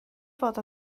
fod